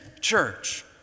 church